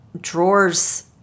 drawers